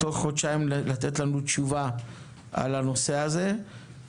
לתת לנו תשובה על הנושא הזה בתוך חודשיים.